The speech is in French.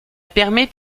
permet